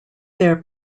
their